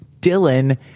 Dylan